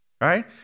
right